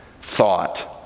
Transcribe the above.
thought